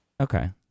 Okay